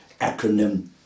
acronym